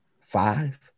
five